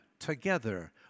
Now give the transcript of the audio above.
together